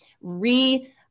re-